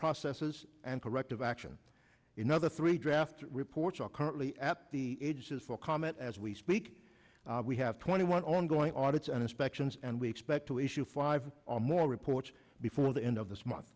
processes and corrective action in other three draft reports are currently at the age is for comment as we speak we have twenty one ongoing audits and inspections and we expect to issue five or more reports before the end of this month